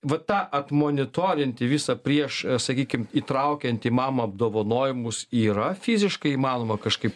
va tą atmonitorinti visą prieš sakykim įtraukiant į mama apdovanojimus yra fiziškai įmanoma kažkaip